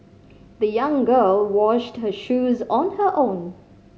the young girl washed her shoes on her own